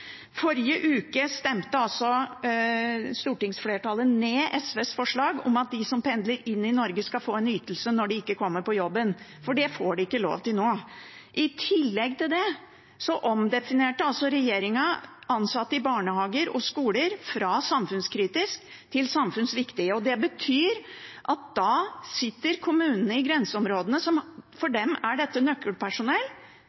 Forrige uke stemte stortingsflertallet ned SVs forslag om at de som pendler inn i Norge, skal få en ytelse når de ikke kommer på jobben, for det får de ikke lov til nå. I tillegg til det omdefinerte regjeringen ansatte i barnehager og skoler fra «samfunnskritisk» til «samfunnsviktig». Det betyr at da sitter kommunene i grenseområdene uten nødvendig personell – og for